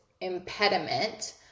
impediment